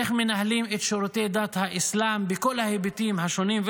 איך מנהלים את שירותי דת האסלאם בכל ההיבטים השונים.